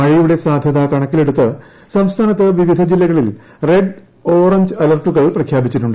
മഴയുടെ സാധൃത കണക്കിലെടുത്ത് സംസ്ഥാനത്ത് വിവിധ ജില്ലകളിൽ റെഡ് ഓറഞ്ച് അലർട്ടുകൾ പ്രഖ്യാപിച്ചു